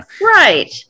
Right